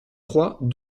trois